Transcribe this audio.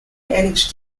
its